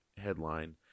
headline